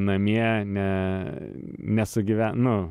namie ne nesugyve nu